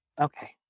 okay